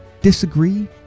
disagree